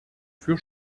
für